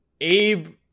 Abe